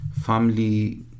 family